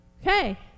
Okay